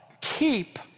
keep